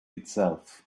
itself